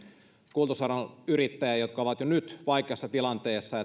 kuljetusalan yrittäjiä jotka ovat jo nyt vaikeassa tilanteessa